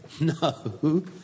No